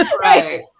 Right